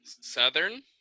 southern